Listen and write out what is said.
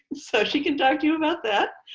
so she can talk to you about that.